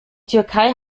türkei